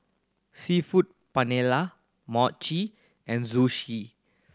Seafood Paella Mochi and Zosui